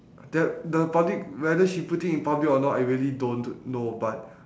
that the public whether she put it in public or not I really don't want to know but